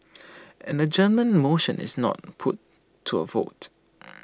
an adjournment motion is not put to A vote